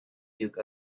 duke